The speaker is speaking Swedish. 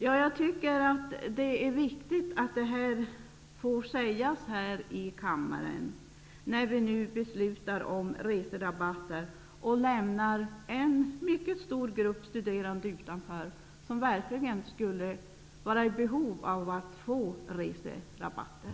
Jag tycker att det är viktigt att detta får sägas här i kammaren när vi nu skall fatta beslut om reserabatter och lämnar en mycket stor grupp studerande utanför, som verkligen skulle vara i behov av att få reserabatter.